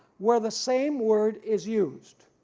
where the same word is used,